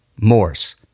Morse